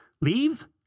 Leave